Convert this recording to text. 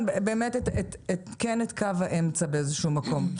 באמת כן את קו האמצע באיזה שהוא מקום.